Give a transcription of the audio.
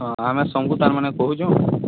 ହଁ ହଁ ଆମେ ସମ୍କୁ ତାର୍ମାନେ କହୁଁଚୁ